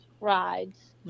rides